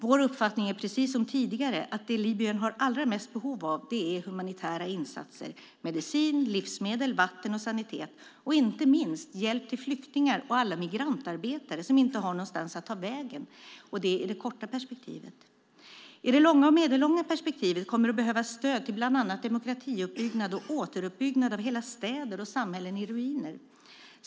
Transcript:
Vår uppfattning är precis som tidigare att det Libyen har allra mest behov av är humanitära insatser, medicin, livsmedel, vatten och sanitet och inte minst hjälp till flyktingar och alla migrantarbetare som inte har någonstans att ta vägen, och det i det korta perspektivet. I det långa och medellånga perspektivet kommer det att behövas stöd för bland annat demokratiuppbyggnad och återuppbyggnad av hela städer och samhällen i ruiner.